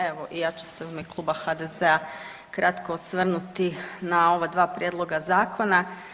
Evo i ja ću se u ime Kluba HDZ-a kratko osvrnuti na ova dva prijedloga zakona.